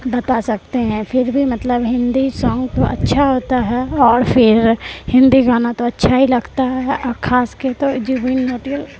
بتا سکتے ہیں پھر بھی مطلب ہندی سانگ تو اچھا ہوتا ہے اور پھر ہندی گانا تو اچھا ہی لگتا ہے اور خاص کے تو جبین نٹیل